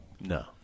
No